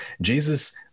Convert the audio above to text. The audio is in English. Jesus